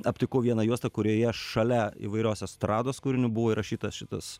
aptikau vieną juostą kurioje šalia įvairios estrados kūrinių buvo įrašytas šitas